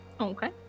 Okay